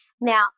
Now